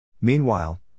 Meanwhile